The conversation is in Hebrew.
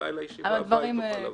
אולי לישיבה הבאה היא תוכל לבוא.